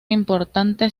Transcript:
importante